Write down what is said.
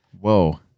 Whoa